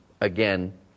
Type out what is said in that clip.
again